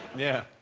yeah,